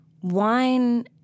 Wine